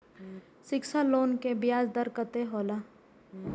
शिक्षा लोन के ब्याज दर कतेक हौला?